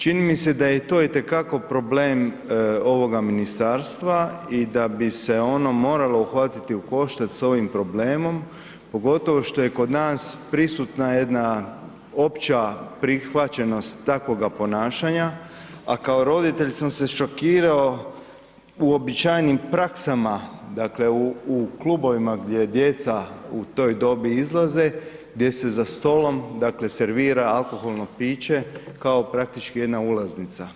Čini mi se da je to itekako problem ovoga ministarstva i da bi se ono moralo uhvatiti u koštac s ovim problemom, pogotovo što je kod nas prisutna jedna opća prihvaćenost takvoga ponašanja, a kao roditelj sam se šokirao uobičajenim praksama, dakle u, u klubovima gdje djeca u toj dobi izlaze, gdje se za stolom, dakle servira alkoholno piće kao praktički jedna ulaznica.